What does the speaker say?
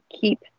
keep